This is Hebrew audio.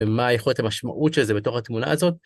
ומה יכול להיות המשמעות של זה בתוך התמונה הזאת.